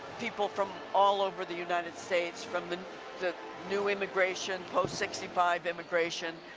people from all over the united states, from the the new immigration post sixty five immigration,